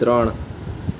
ત્રણ